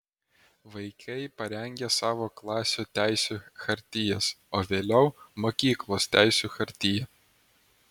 vaikai parengia savo klasių teisių chartijas o vėliau mokyklos teisių chartiją